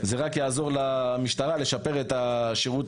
זה רק יעזור למשטרה לשפר את השירות